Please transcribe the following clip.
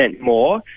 more